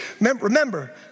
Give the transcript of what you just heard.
remember